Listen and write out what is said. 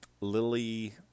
Lily